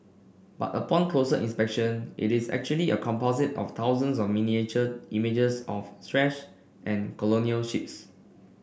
but upon closer inspection it is actually a composite of thousands of miniature images of trash and colonial ships